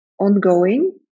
ongoing